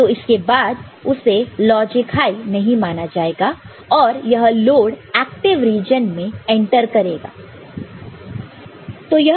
तो इसके बाद उसे लॉजिक हाई नहीं माना जाएगा और यह लोड एक्टिव रीजन में एंटर करेगा